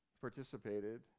participated